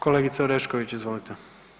Kolegice Orešković, izvolite.